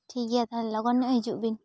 ᱴᱷᱤᱠ ᱜᱮᱭᱟ ᱛᱟᱦᱚᱞᱮ ᱞᱚᱜᱚᱱ ᱧᱚᱜ ᱦᱤᱡᱩᱜ ᱵᱤᱱ